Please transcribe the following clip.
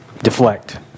deflect